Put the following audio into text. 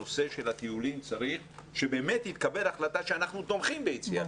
הנושא של הטיולים צריך שתתקבל החלטה שאנחנו תומכים ביציאה לטיול.